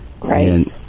Right